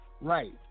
Right